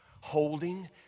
holding